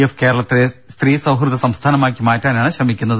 F കേരളത്തെ സ്ത്രീ സൌഹൃദ സംസ്ഥാനമാക്കി മാറ്റാനാണ് ശ്രമിക്കുന്നത്